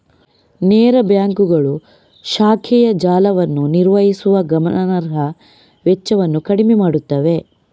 ನೇರ ಬ್ಯಾಂಕುಗಳು ಶಾಖೆಯ ಜಾಲವನ್ನು ನಿರ್ವಹಿಸುವ ಗಮನಾರ್ಹ ವೆಚ್ಚವನ್ನು ಕಡಿಮೆ ಮಾಡುತ್ತವೆ